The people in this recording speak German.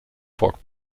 fork